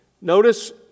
Notice